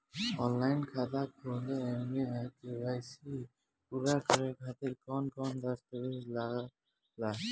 Online खाता खोले में के.वाइ.सी पूरा करे खातिर कवन कवन दस्तावेज लागे ला?